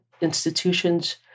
Institutions